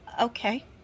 Okay